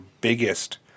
biggest